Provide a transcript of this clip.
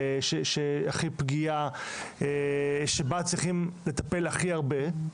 הכי פגיעה, שבה צריכים לטפל הכי הרבה.